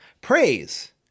Praise